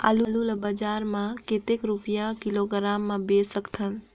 आलू ला बजार मां कतेक रुपिया किलोग्राम म बेच सकथन?